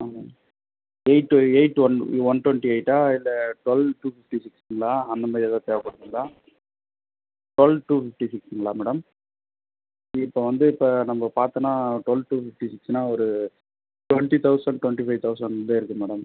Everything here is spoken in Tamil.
eight eight one one twenty எயிட்டா இல்லை டுவெல் டூ ஃபிப்டி சிக்ஸுங்களா அந்த மாரி ஏதாவது தேவைப்படுதுங்களா டுவெல் டூ ஃபிப்டி சிக்ஸுங்களா மேடம் இப்போ வந்து இப்போ நம்ம பார்த்தோனா டுவெல் டூ ஃபிப்டி சிக்ஸ்னா ஒரு டுவெண்ட்டி தௌசண்ட் டுவெண்ட்டி ஃபைவ் தௌசண்ட்குள்ளே இருக்கு மேடம்